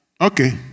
Okay